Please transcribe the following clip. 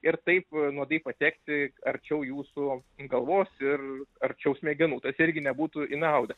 ir taip nuodai patekti arčiau jūsų galvos ir arčiau smegenų tas irgi nebūtų į naudą